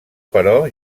però